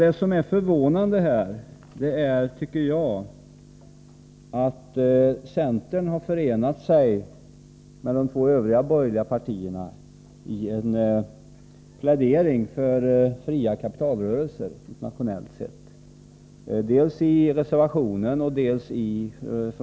Det som här är förvånande är att centern — dels i reservationen, dels i kammaren i dag — har förenat sig med de två övriga borgerliga partierna i en plädering för fria kapitalrörelser internationellt sett.